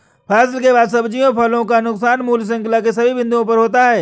फसल के बाद सब्जियों फलों का नुकसान मूल्य श्रृंखला के सभी बिंदुओं पर होता है